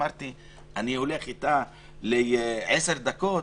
אמרתי שאני הולך איתה לעשר דקות,